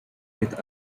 with